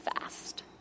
fast